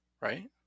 Right